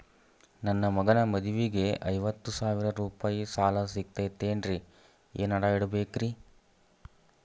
ನನ್ನ ಮಗನ ಮದುವಿಗೆ ಐವತ್ತು ಸಾವಿರ ರೂಪಾಯಿ ಸಾಲ ಸಿಗತೈತೇನ್ರೇ ಏನ್ ಅಡ ಇಡಬೇಕ್ರಿ?